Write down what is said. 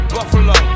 Buffalo